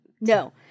No